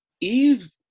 eve